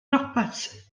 robert